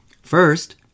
First